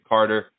Carter